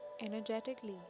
energetically